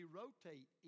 rotate